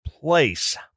place